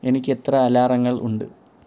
എനിക്ക് എത്ര അലാറങ്ങൾ ഉണ്ട്